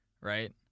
right